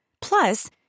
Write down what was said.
Plus